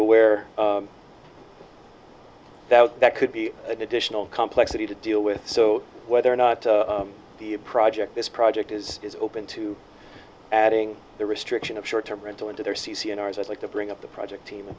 aware that that could be additional complexity to deal with so whether or not the project this project is is open to adding the restriction of short term rental into their c c and r s i'd like to bring up the project team